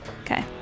Okay